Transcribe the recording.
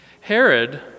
Herod